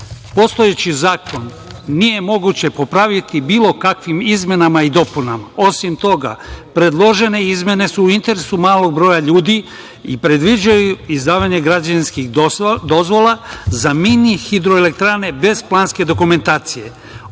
KiM? Postojeći zakon nije moguće popraviti bilo kakvim izmenama i dopunama. Osim toga, predložene izmene su u interesu malog broja ljudi i predviđaju izdavanje građevinskih dozvola za mini hidroelektrane bez planske dokumentacije.